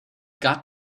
got